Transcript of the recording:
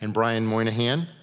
and brian moynihan.